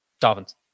Dolphins